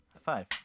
five